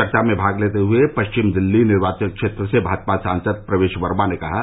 चर्चा में भाग लेते हुए पश्चिम दिल्ली निर्वाचन क्षेत्र से भाजपा सांसद प्रवेश वर्मा ने कहा